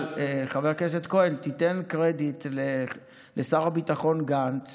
אבל חבר הכנסת כהן, תן קרדיט לשר הביטחון גנץ